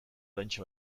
oraintxe